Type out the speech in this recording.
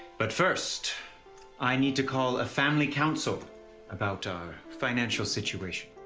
but first i need to call a family counsel about our financial situation.